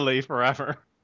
forever